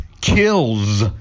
kills